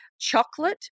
Chocolate